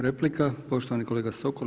Replika, poštovani kolega Sokol.